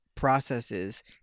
processes